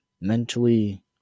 mentally